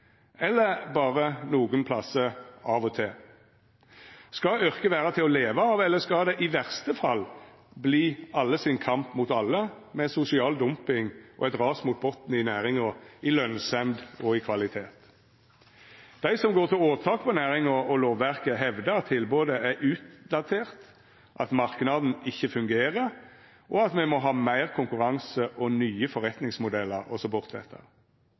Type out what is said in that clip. eller bare nokre stader av og til? Skal yrket vera til å leva av, eller skal det i verste fall verta alle sin kamp mot alle, med sosial dumping og eit ras mot botnen i næringa i lønsemd og i kvalitet? Dei som går til åtak på næringa og lovverket, hevdar at tilbodet er utdatert, at marknaden ikkje fungerer, og at me må ha meir konkurranse og nye forretningsmodellar osb. Fleire i næringa har kjent seg som ein kasteball for inn- og